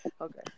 Okay